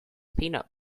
peanut